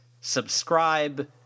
subscribe